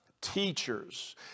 teachers